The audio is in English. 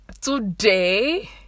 today